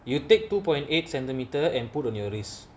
you take two point eight centimetre and put on your wrist